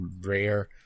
rare